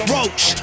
Roach